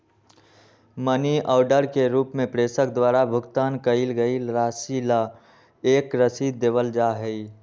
money order के रूप में प्रेषक द्वारा भुगतान कइल गईल राशि ला एक रसीद देवल जा हई